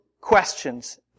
questions